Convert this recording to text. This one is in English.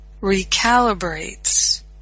recalibrates